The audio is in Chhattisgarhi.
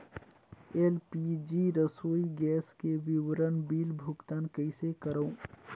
एल.पी.जी रसोई गैस के विवरण बिल भुगतान कइसे करों?